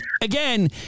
again